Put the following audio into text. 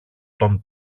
τον